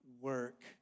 work